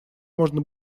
можно